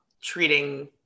treating